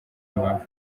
impamvu